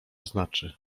znaczy